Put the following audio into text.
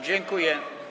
Dziękuję.